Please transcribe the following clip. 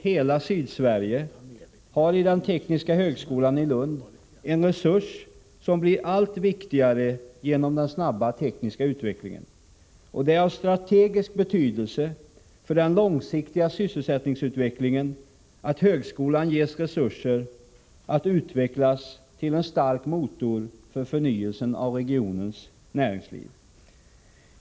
hela Sydsverige — har i den tekniska högskolan i Lund en resurs som blir allt viktigare genom den snabba tekniska utvecklingen, och det är av strategisk betydelse för den långsiktiga sysselsättningsutvecklingen att högskolan ges resurser att utvecklas till en stark motor för förnyelsen av regionens näringsliv.